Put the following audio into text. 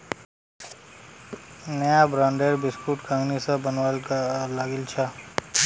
नया ब्रांडेर बिस्कुट कंगनी स बनवा लागिल छ